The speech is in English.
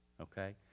Okay